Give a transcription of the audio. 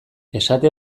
esate